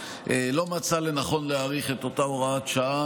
לא מצאה לנכון להאריך את אותה הוראת שעה,